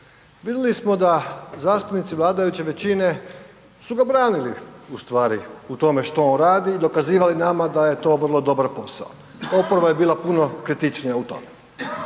Vidjeli smo da zastupnici vladajuće većine su ga branili ustvari u tome što on radi i dokazivali nama da je to vrlo dobar posao, oporba je bila puno kritičnija u tome.